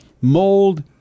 mold